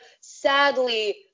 sadly